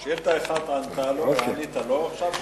ענית לשאילתא אחת ועכשיו לשנייה.